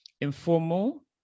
informal